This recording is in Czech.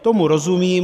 Tomu rozumím.